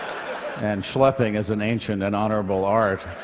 and schlepping is an ancient and honorable art.